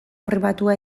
pribatua